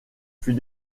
fut